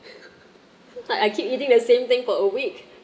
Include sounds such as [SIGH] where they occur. [LAUGHS] like I keep eating the same thing for a week